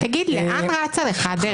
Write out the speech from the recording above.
לאן אצה לך הדרך?